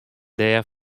dêr